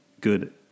good